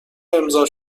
امضا